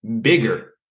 bigger